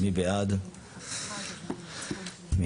מי בעד סעיף 4?